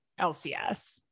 LCS